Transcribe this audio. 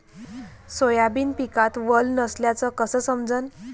Soybean पिकात वल नसल्याचं कस समजन?